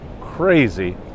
crazy